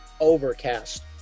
Overcast